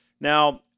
Now